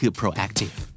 proactive